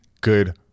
good